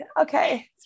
okay